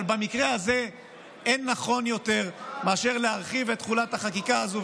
אבל במקרה הזה אין נכון יותר מאשר להרחיב את תחולת החקיקה הזו.